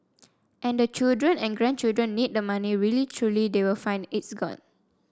and the children and grandchildren need the money really truly they will find it's gone